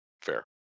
Fair